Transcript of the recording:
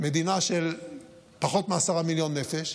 מדינה של פחות מעשרה מיליון נפש,